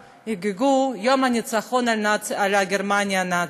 יחגגו את יום הניצחון על גרמניה הנאצית.